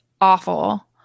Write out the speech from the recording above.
awful